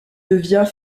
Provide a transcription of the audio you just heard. devient